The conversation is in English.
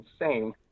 insane